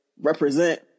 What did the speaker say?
represent